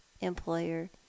employer